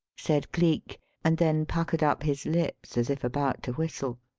said cleek and then puckered up his lips as if about to whistle.